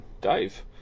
Dave